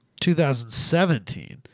2017